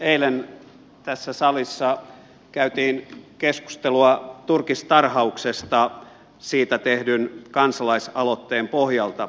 eilen tässä salissa käytiin keskustelua turkistarhauksesta siitä tehdyn kansalaisaloitteen pohjalta